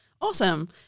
Awesome